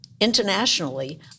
internationally